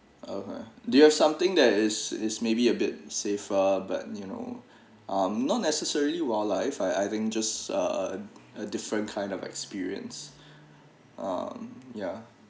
(uh huh) do you have something that is is maybe a bit safer but you know um not necessarily wildlife I I think just a a a different kind of experience um yeah